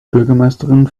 bürgermeisterin